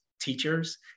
teachers